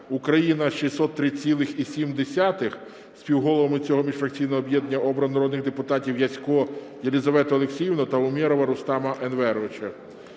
"Україна 603,7". Співголовами цього міжфракційного об'єднання обрано народних депутатів Ясько Єлизавету Олексіївну та Умєрова Рустема Енверовича.